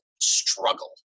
struggle